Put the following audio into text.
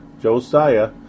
Josiah